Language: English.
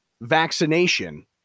vaccination